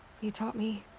you taught me?